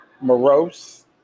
morose